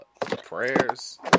prayers